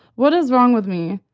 what is wrong with me?